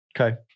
Okay